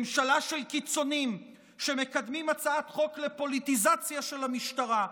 ממשלה של קיצונים שמקדמים הצעת חוק לפוליטיזציה של המשטרה,